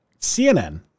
cnn